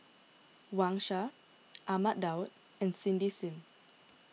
Wang Sha Ahmad Daud and Cindy Sim